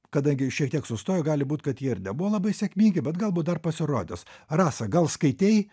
kadangi šiek tiek sustojo gali būt kad jie ir nebuvo labai sėkmingi bet galbūt dar pasirodys rasa gal skaitei